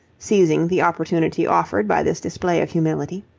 seizing the opportunity offered by this display of humility.